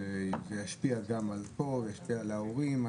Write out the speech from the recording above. זה ישפיע על מה שקורה כאן וזה ישפיע על ההורים.